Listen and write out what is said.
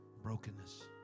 Brokenness